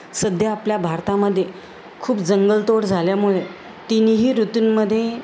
सध्या आपल्या भारतामध्ये खूप जंगलतोड झाल्यामुळे तीनही ऋतूंमध्ये